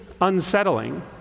unsettling